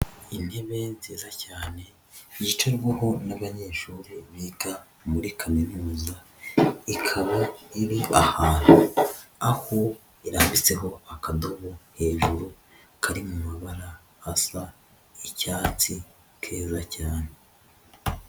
Intebe nziza cyane yicarwaho n'abanyeshuri biga muri Kaminuza, ikaba iri ahantu, aho irambitseho akadobo hejuru kari mu mabara asa icyatsi keza cyane.